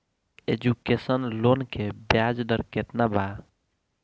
Education loan के ब्याज दर केतना बा?